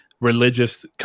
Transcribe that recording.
religious